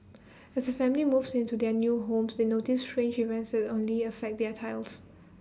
as A family moves into their new home to they notice strange events only affect their tiles